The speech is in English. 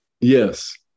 Yes